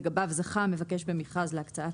לגביו זכה המבקש במכרז להקצאת